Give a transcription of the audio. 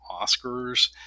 Oscars